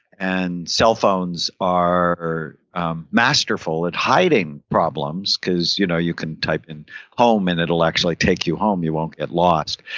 and cellphones are are um masterful at hiding problems because you know you can type in home, and it will actually take you home. you won't get lost.